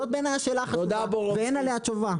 זאת בעיניי השאלה החשובה ואין עליה תשובה.